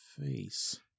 face